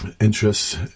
interests